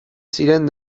ziren